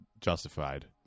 justified